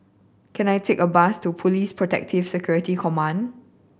can I take a bus to Police Protective Security Command